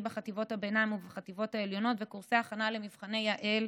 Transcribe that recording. בחטיבות הביניים ובחטיבות העליונות וקורסי הכנה למבחני יע"ל